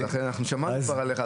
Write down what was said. אנחנו שמענו כבר עליך,